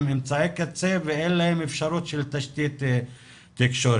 אמצעי קצה ואין להם אפשרות של תשתית תקשורת.